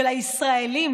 של הישראלים,